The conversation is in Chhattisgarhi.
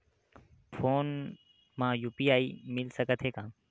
फोन मा यू.पी.आई मिल सकत हे का?